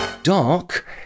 Dark